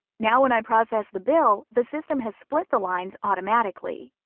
now when i process the bill, the system has split the lines automatically.